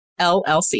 LLC